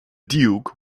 duke